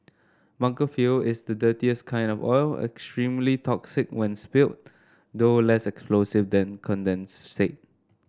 bunker fuel is the dirtiest kind of oil extremely toxic when spilled though less explosive than condensate